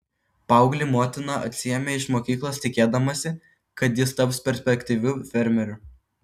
paauglį motina atsiėmė iš mokyklos tikėdamasi kad jis taps perspektyviu fermeriu